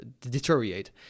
deteriorate